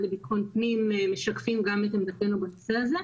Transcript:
לביטחון פנים משקפים גם את עמדתנו בנושא הזה.